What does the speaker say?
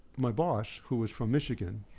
my boss, who was from michigan,